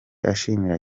ashimira